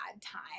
time